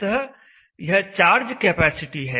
अर्थात् यह charge capacity है